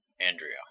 Andrea